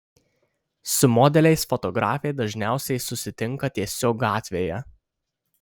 su modeliais fotografė dažniausiai susitinka tiesiog gatvėje